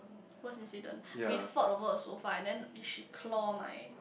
worst incident we fought over a sofa and then she claw my